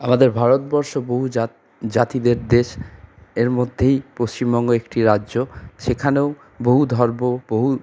আমাদের ভারতবর্ষ বহু জাত জাতিদের দেশ এর মধ্যেই পশ্চিমবঙ্গ একটি রাজ্য সেখানেও বহু ধর্ম বহু